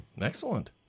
Excellent